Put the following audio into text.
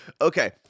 Okay